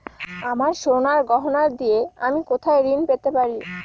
আমার সোনার গয়নার দিয়ে আমি কোথায় ঋণ পেতে পারি?